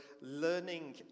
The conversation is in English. learning